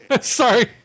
Sorry